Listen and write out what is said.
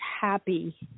happy